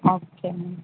okay ma'am